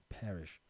perish